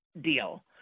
deal